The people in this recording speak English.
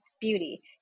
beauty